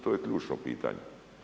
To je ključno pitanje.